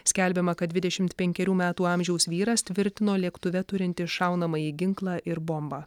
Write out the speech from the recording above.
skelbiama kad dvidešimt penkerių metų amžiaus vyras tvirtino lėktuve turintis šaunamąjį ginklą ir bombą